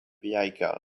vehicle